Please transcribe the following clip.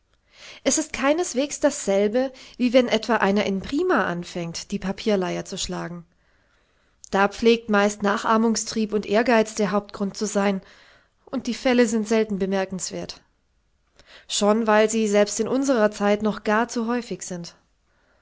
es ist keineswegs dasselbe wie wenn etwa einer in prima anfängt die papierleyer zu schlagen da pflegt meist nachahmungstrieb und ehrgeiz der hauptgrund zu sein und die fälle sind selten bemerkenswert schon weil sie selbst in unsrer zeit noch gar zu häufig sind